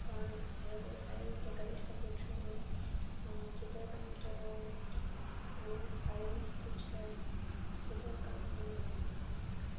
પણ હવે તો સારી રીતે કરી શકું છું હું ચિત્રકામ તો બહુ સારી વસ્તુ છે ચિત્રકામ